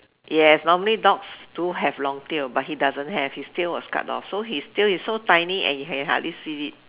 yes normally dogs do have long tail but he doesn't have his tail was cut off so his tail is so tiny and he can hardly see it